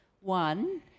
one